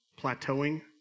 plateauing